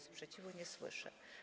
Sprzeciwu nie słyszę.